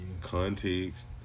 context